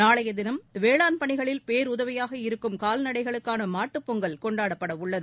நாளைய தினம் வேளான் பணிகளில் பேருதவியாக இருக்கும் கால்நடைகளுக்கான மாட்டுப்பொங்கல் கொண்டாடப்பட உள்ளது